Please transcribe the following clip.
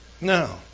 Now